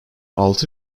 altı